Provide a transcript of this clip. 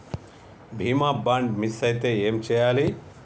బీమా bond miss అయితే ఏం చేయాలి?